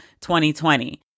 2020